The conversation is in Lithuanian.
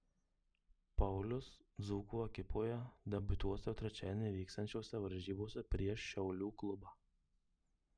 paulius dzūkų ekipoje debiutuos jau trečiadienį vyksiančiose varžybose prieš šiaulių klubą